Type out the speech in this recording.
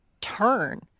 turn